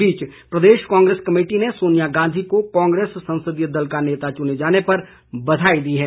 इस बीच प्रदेश कांग्रेस कमेटी ने सोनिया गांधी को कांग्रेस संसदीय दल का नेता चुने जाने पर बधाई दी है